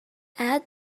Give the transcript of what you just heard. add